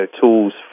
tools